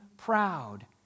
Proud